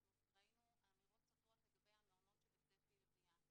אנחנו ראינו אמירות סותרות לגבי המעונות שבצפי לבנייה,